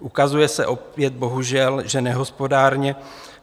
Ukazuje se opět bohužel, že nehospodárně